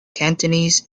cantonese